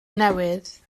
newydd